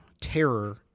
terror